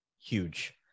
huge